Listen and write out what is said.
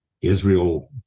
Israel